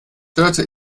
dörte